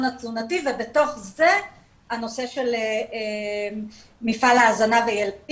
התזונתי ובתוך זה הנושא של מפעל ההזנה והילדים.